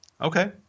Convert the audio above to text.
Okay